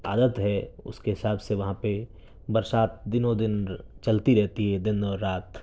عادت ہے اس کے حساب سے وہاں پہ برسات دنوں دن چلتی رہتی ہے دن اور رات